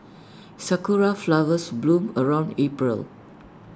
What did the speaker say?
Sakura Flowers bloom around April